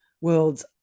worlds